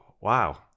wow